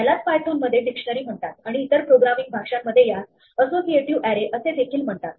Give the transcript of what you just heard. यालाच पायथोन मध्ये डिक्शनरी म्हणतात आणि इतर प्रोग्रामिंग भाषांमध्ये यास असोसिएटिव्ह अॅरे असे देखील म्हणतात